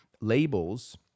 labels